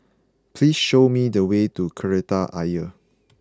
please show me the way to Kreta Ayer